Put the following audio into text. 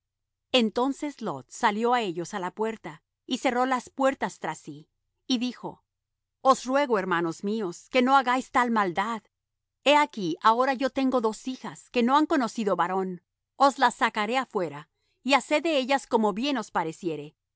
entonces lot salió á ellos á la puerta y cerró las puertas tras sí y dijo os ruego hermanos míos que no hagáis tal maldad he aquí ahora yo tengo dos hijas que no han conocido varón os las sacaré afuera y haced de ellas como bien os pareciere